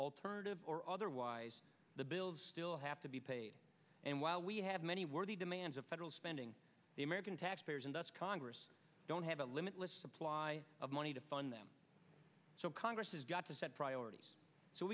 alternative or otherwise the bills still have to be paid and while we have many worthy demands of federal spending the american taxpayers and us congress don't have a limitless supply of money to fund them so congress has got to set priorities so